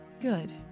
Good